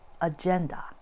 agenda